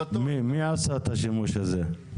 מי עשה את השימוש הזה?